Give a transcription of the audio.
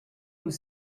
aux